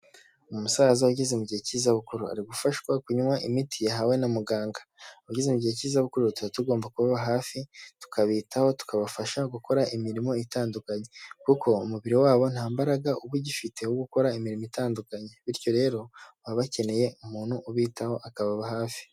Umusaza ugeze mu gihe cy'izabukuru ari gufashwa kunywa imiti yahawe na muganga, abageze mu gihe k'izabuku tuba tugomba kubaba hafi tukabitaho tukabafasha gukora imirimo itandukanye, kuko umubiri wabo nta mbaraga uba ugifite wo gukora imirimo itandukanye bityo rero baba bakeneye umuntu ubitaho akababa hafi.